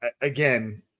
again